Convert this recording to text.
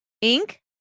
ink